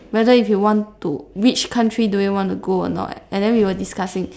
whether if you want to which country do we want to go or not and then we were discussing